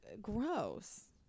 gross